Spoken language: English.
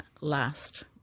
last